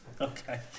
Okay